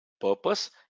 purpose